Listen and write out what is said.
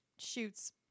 shoots